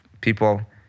people